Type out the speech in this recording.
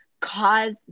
cause